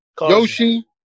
Yoshi